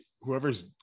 whoever's